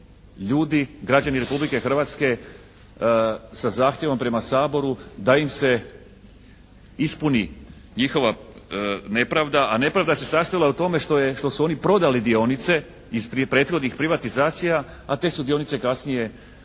ljudi, građani Republike Hrvatske sa zahtjevom prema Saboru da im se ispuni njihova nepravda. A nepravda se sastojala u tome što su oni prodali dionice iz prethodnih privatizacija, a te su dionice desetorostruko